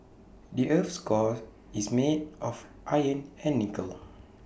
the Earth's core is made of iron and nickel